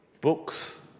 Books